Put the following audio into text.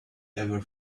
ever